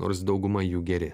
nors dauguma jų geri